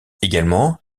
également